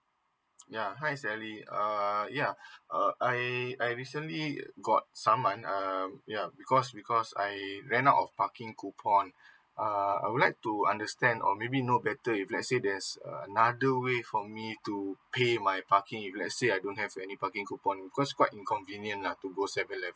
ya exactly uh uh ya uh I I recently it got someone uh uh ya because because I it ran out of parking coupon uh I would like to understand or maybe no better if let's say there's a a nun do with for me to pay my parking if let's say I don't have any parking coupon will cause quite inconvenient up to goes that that that